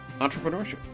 entrepreneurship